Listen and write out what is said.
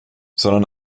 sondern